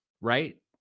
right